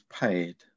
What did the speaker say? paid